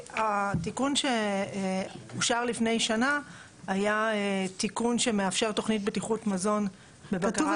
התיקון שאושר לפני שנה היה תיקון שמאפשר תכנית בטיחות מזון בבקרה עצמית.